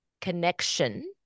connection